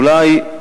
אולי,